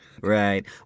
Right